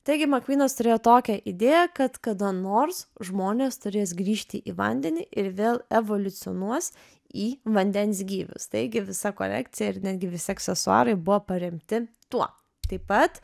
taigi makvynas turėjo tokią idėją kad kada nors žmonės turės grįžti į vandenį ir vėl evoliucionuos į vandens gyvius taigi visa kolekcija ir netgi visi aksesuarai buvo paremti tuo taip pat